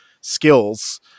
skills